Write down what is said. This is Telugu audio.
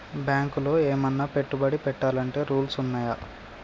బ్యాంకులో ఏమన్నా పెట్టుబడి పెట్టాలంటే రూల్స్ ఉన్నయా?